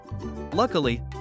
Luckily